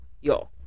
yo